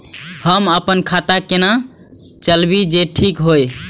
हम अपन खाता केना चलाबी जे ठीक होय?